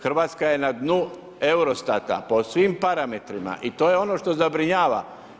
Hrvatska je na dnu EUROSTAT-a po svim parametrima i to je ono što zabrinjava.